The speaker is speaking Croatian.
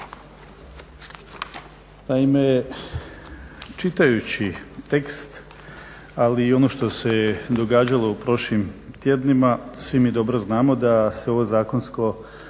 Naime, čitajući tekst ali i ono što se događalo u prošlim tjednima svi mi dobro znamo da se ovo zakonsko